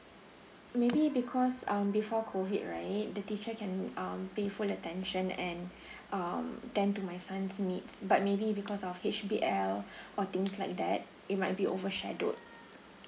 maybe because um before COVID right the teacher can um pay full attention and um tend to my son's needs but maybe because of H_B_L or things like that it might be overshadowed